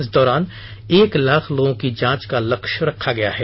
इस दौरान एक लाख लोगों की जांच का लक्ष्य रखा गया है